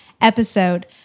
episode